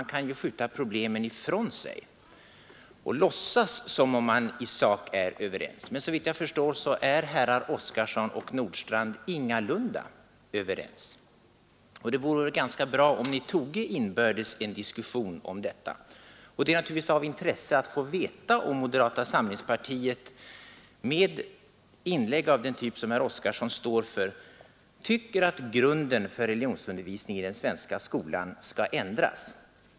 Man kan ju skjuta problemen ifrån sig och låtsas som om man i sak är överens, men såvitt jag förstår är herrar Oskarson i Halmstad och Nordstrandh ingalunda ense. Det vore ganska bra om ni toge en inbördes diskussion om detta. Efter inlägg av den typ som herr Oskarson står för vore det naturligtvis av intresse att få veta om moderata samlingspartiet tycker att grunden för religionsundervisning i den svenska skolan skall ändras.